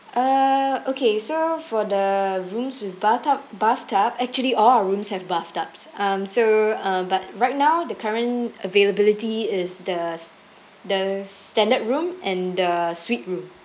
uh okay so for the rooms with bathtub bathtub actually all our rooms have bathtubs um so um but right now the current availability is the s~ the standard room and the suite room